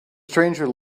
stranger